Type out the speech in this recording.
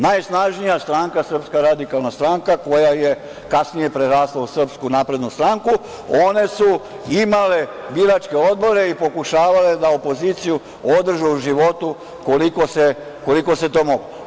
Najsnažnija stranka, Srpska radikalna stranka, koja je kasnije prerasla u Srpsku naprednu stranku, one su imale biračke odbore i pokušavale da opoziciju održe u životu koliko se to moglo.